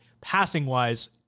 passing-wise